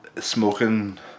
smoking